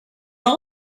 all